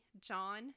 John